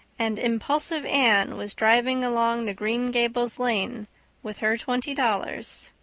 and impulsive anne was driving along the green gables lane with her twenty dollars.